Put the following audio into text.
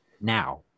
now